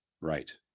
Right